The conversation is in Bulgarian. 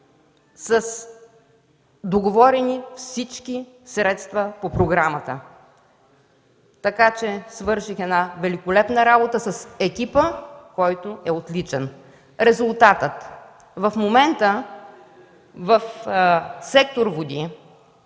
договорени всички средства по програмата. Свърших великолепна работа с екипа, който е отличен! Резултати: в момента в сектор „Води”